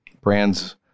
brands